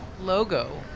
Logo